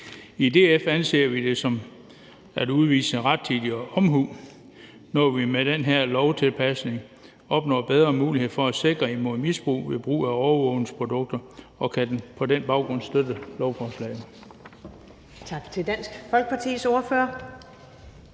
I DF anser vi det som at udvise rettidig omhu, når vi med den her lovtilpasning opnår bedre mulighed for at sikre imod misbrug ved brug af overvågningsprodukter, og kan på den baggrund støtte lovforslaget.